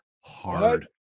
hard